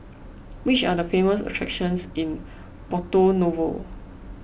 which are the famous attractions in Porto Novo